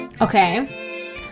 Okay